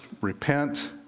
repent